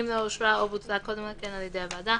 אם לא אושרה או בוטלה קודם לכן על ידי הוועדה,